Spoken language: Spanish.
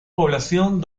población